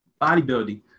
Bodybuilding